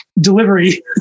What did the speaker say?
delivery